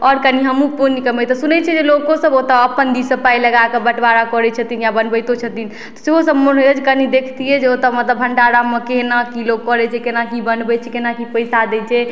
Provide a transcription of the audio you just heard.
आओर कनि हमहुँ पुण्य कमैतहुॅं सुनै छियै जे लोकोसब ओतोऽ अपन दिस से पाइ लगाके बँटवारा करै छथिन या बनबैतहुॅं छथिन सेहो सब मोन होइए जे कनि देखतिए जे ओतऽ मतलब भण्डारामे केना की लोक करै छै केना की बनबै छै केना की पैसा दै छै